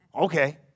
Okay